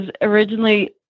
originally